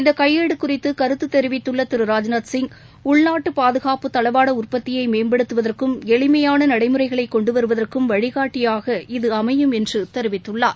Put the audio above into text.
இந்தகையேடுகுறித்துகருத்துதெரிவித்துள்ளதிரு ராஜ்நாத் சிங் உள்நாட்டுபாதகாப்பு தளவாடஉற்பத்தியைமேம்படுத்துவதற்கும் எளிமையானநடைமுறைகளைகொண்டுவருவதற்கும் வழிகாட்டியாகஇது அமையும் என்றுதெரிவித்துள்ளார்